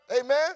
Amen